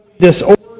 disorder